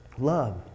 Love